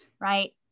right